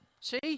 See